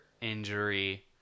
injury